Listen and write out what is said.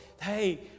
hey